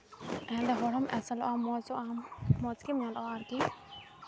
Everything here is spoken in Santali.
ᱦᱮᱸᱫᱮ ᱦᱚᱲ ᱦᱚᱸᱢ ᱮᱥᱮᱞᱚᱜᱼᱟᱢ ᱢᱚᱡᱚᱜᱼᱟᱢ ᱢᱚᱡᱽ ᱜᱮᱢ ᱧᱮᱞᱚᱜᱼᱟ ᱟᱨᱠᱤ